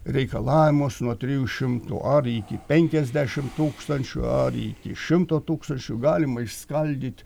reikalavimus nuo trijų šimtų ar iki penkiasdešim tūkstančių ar į į šimto tūkstančių galima išskaldyt